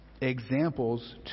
examples